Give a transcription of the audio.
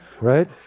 right